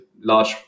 large